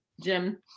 Jim